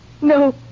No